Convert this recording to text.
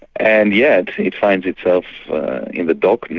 and yet it finds itself in the dock,